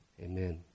amen